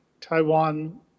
taiwan